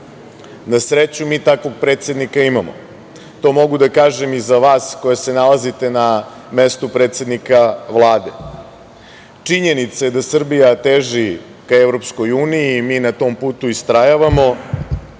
Na sreću, mi takvog predsednika imamo. To mogu da kažem i za vas, koji se nalazite na mestu predsednika Vlade. Činjenica je da Srbija teži ka EU i mi na tom putu istrajavamo